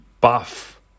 buff